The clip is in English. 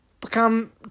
become